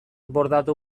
bordatu